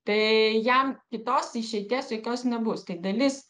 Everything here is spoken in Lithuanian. tai jam kitos išeities jokios nebus tai dalis